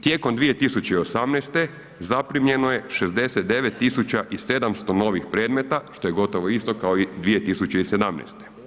Tijekom 2018. zaprimljeno je 69.700 novih predmeta što je gotovo isto kao i 2017.